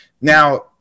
now